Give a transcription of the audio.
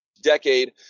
decade